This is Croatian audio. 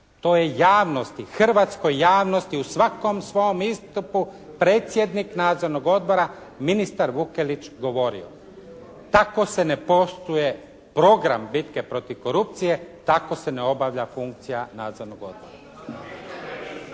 To je javnosti, hrvatskoj javnosti u svakom svom istupu predsjednik nadzornog odbora ministar Vukelić govorio. Tako se ne posluje program bitke protiv korupcije, tako se ne obavlja funkcija nadzornog odbora.